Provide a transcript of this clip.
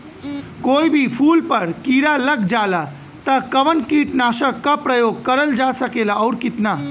कोई भी फूल पर कीड़ा लग जाला त कवन कीटनाशक क प्रयोग करल जा सकेला और कितना?